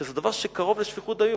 שזה דבר שקרוב לשפיכות דמים.